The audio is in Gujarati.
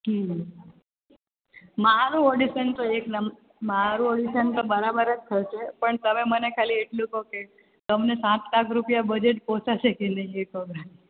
હમ મારું ઓડિસન તો એક મારું ઓડિસન તો બરાબર જ થશે પણ તમે મને ખાલી એટલું કહો કે તમને સાત લાખ રૂપિયા બજેટ પોસાશે કે નહીં એ કહો મને